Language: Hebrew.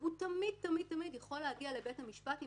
והוא תמיד-תמיד יכול להגיע לבית המשפט עם